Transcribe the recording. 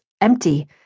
empty